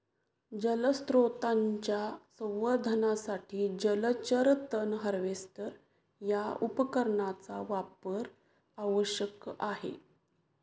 जलस्रोतांच्या संवर्धनासाठी जलचर तण हार्वेस्टर या उपकरणाचा वापर आवश्यक आहे